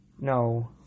No